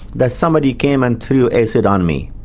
that somebody came and threw acid on me.